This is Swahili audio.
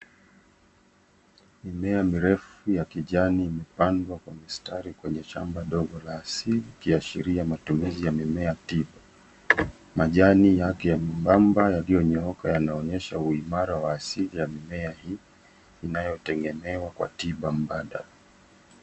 Mimea mirefuya kijani imepandwa kwa mistari kwenye shamba ndogo likiasheria matumizi ya mimea tiba. Majani yake nyempamba ilionyooka yanaonyesha imara wa asili ya mimea hii inayotengemewa kwa tiba mbadala.